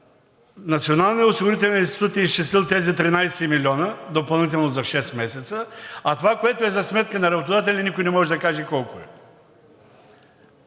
Националният осигурителен институт е изчислил тези 13 милиона допълнително за шест месеца, а това, което е за сметка на работодателя, никой не може да каже колко е.